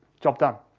job done.